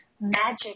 magic